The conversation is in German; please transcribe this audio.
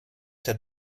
der